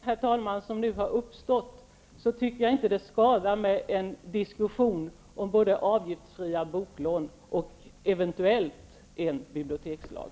Herr talman! I det läge som nu har uppstått tycker jag inte att det skadar med en diskussion om både avgiftsfria boklån och en eventuell bibliotekslag.